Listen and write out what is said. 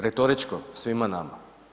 Retoričko, svima nama.